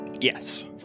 Yes